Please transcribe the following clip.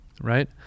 right